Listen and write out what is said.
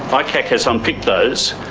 icac has unpicked those,